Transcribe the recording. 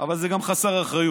אבל זה גם חסר אחריות.